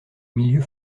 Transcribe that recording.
milieux